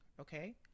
okay